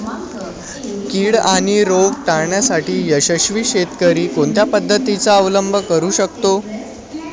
कीड आणि रोग टाळण्यासाठी यशस्वी शेतकरी कोणत्या पद्धतींचा अवलंब करू शकतो?